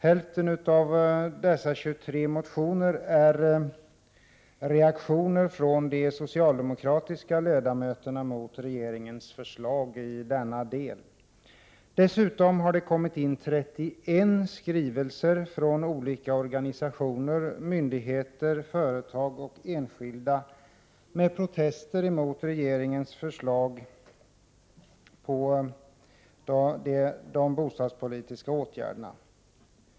Hälften av dessa 23 motioner är reaktioner från de socialdemokratiska ledamöterna mot regeringens förslag i denna del. Dessutom har det kommit in 31 skrivelser från olika organisationer, myndigheter, företag och enskilda med protester mot regeringens föreslagna bostadspolitiska åtgärder.